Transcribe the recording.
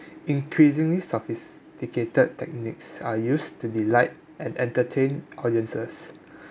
increasingly sophisticated techniques are used to delight and entertain audiences